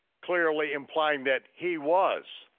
clearly implying that he was.